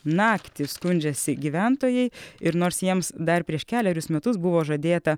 naktį skundžiasi gyventojai ir nors jiems dar prieš kelerius metus buvo žadėta